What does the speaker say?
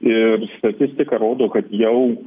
ir statistika rodo kad jau